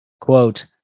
quote